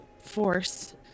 force